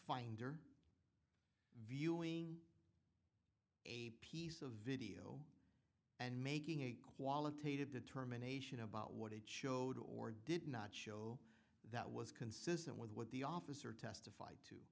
finder viewing piece of video and making a qualitative determination about what it showed or did not show that was consistent with what the officer testif